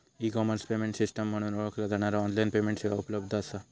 E commerce payment system म्हणून ओळखला जाणारा ऑनलाइन पेमेंट सेवा उपलब्ध असा